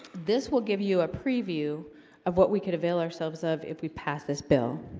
this will give you a preview of what we could avail ourselves of if we pass this bill